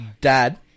dad